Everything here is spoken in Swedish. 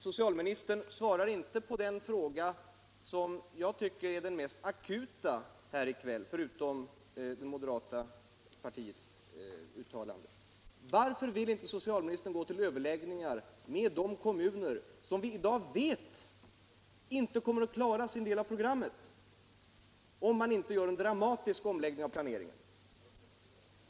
Socialministern svarar inte på den fråga som jag tycker är den mest akuta här i kväll, förutom det moderata partiets uttalande: Varför vill inte socialministern gå till överläggningar med de kommuner som vi i dag vet inte kommer att klara sin andel av programmet om de inte gör dramatiska omläggningar av planeringen?